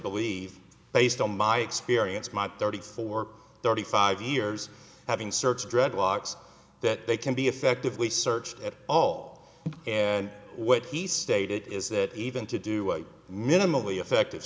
believe based on my experience my thirty for thirty five years having search dreadlocks that they can be effectively searched at all and what he stated is that even to do a minimally effective